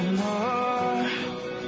more